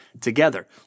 together